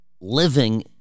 living